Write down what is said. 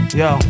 yo